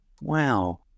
Wow